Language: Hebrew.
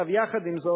יחד עם זאת,